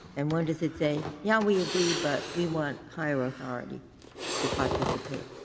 and when does it say, yeah, we agree, but we want higher authority to participate?